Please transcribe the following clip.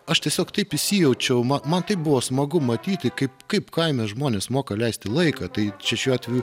aš tiesiog taip įsijaučiau ma man taip buvo smagu matyti kaip kaip kaime žmonės moka leisti laiką tai čia šiuo atveju